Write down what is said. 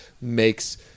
makes